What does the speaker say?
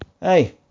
Hey